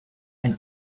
and